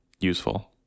useful